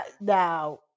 now